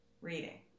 reading